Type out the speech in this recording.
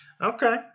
Okay